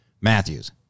Matthews